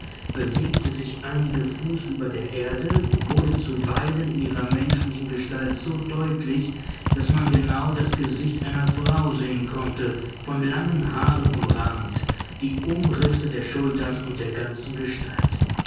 bewegte sich einige fuß über der erde wurde zuweilen in ihrer menschlichen gestalt so deutlich daß man genau das gesicht einer frau sehen konnte von langen haaren umrahmt die umrisse der schultern und der ganzen gestalt